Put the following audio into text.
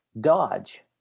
Dodge